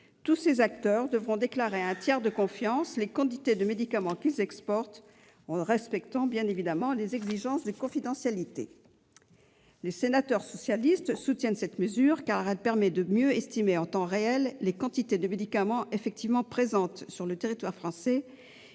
Tous ces acteurs devront déclarer à un tiers de confiance les quantités de médicaments qu'ils exportent, dans le respect, bien évidemment, des exigences de confidentialité. Les sénateurs socialistes soutiennent cette mesure, car sa mise en oeuvre permettra de mieux estimer, en temps réel, les quantités de médicaments effectivement présentes sur le territoire français